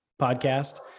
podcast